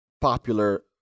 popular